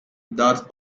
doth